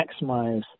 maximize